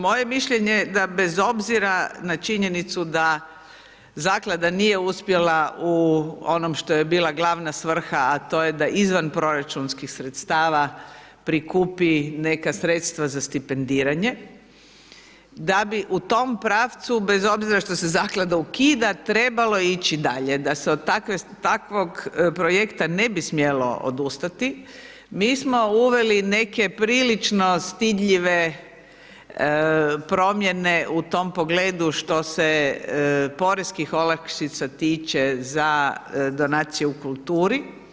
Moje mišljenje da bez obzira na činjenicu da zaklada nije uspjela u onom što je bila glavna svrha, a to je da izvan proračunskih sredstava prikupi neka sredstva za stipendiranje, da bi u tom pravcu bez obzira što se zaklada ukida, trebalo ići dalje, da se od takvog projekta ne bi smjelo odustati, mi smo uveli neke prilično stidljive promjene u tom pogledu, što se poreznih olakšica tiče za donacije u kulturi.